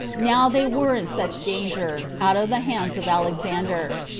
now they were in such danger, out of the hands of alexander.